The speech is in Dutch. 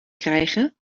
krijgen